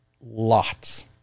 lots